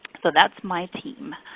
so that's my team.